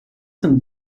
some